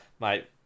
mate